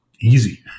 easy